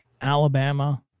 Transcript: Alabama